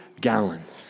gallons